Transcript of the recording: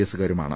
എസുകാരുമാണ്